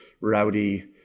rowdy